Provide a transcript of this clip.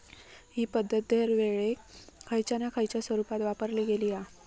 हि पध्दत दरवेळेक खयच्या ना खयच्या स्वरुपात वापरली गेली हा